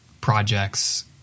projects